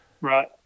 Right